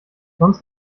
sonst